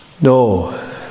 No